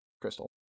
Crystal